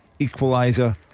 equaliser